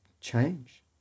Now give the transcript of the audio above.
change